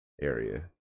area